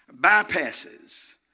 bypasses